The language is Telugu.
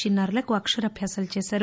చిన్నారులకు అక్షరాభ్యాసాలు చేశారు